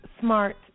smart